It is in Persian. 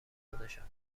خودشان